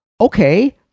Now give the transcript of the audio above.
Okay